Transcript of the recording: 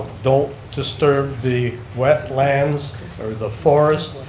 don't disturb the wetlands or the forest,